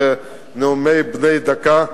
בנאומים בני דקה,